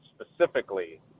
specifically